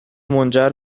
منجر